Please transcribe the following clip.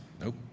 Nope